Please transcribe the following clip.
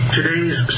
Today's